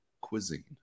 cuisine